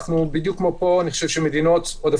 אנחנו בדיוק כמו כל המדינות ואני חושב